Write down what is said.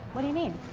what do you mean?